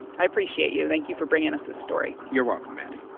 i appreciate you. thank you for bringing us this story you're welcome, maddie